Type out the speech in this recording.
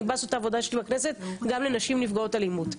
אני באה לעשות את העבודה שלי בכנסת גם לנשים נפגעות אלימות.